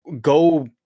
go